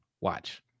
Watch